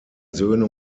söhne